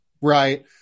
Right